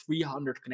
300